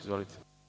Izvolite.